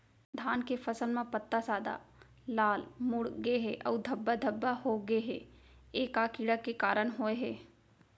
धान के फसल म पत्ता सादा, लाल, मुड़ गे हे अऊ धब्बा धब्बा होगे हे, ए का कीड़ा के कारण होय हे?